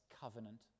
covenant